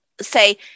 say